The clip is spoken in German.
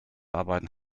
arbeiten